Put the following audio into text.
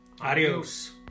Adios